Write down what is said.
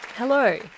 Hello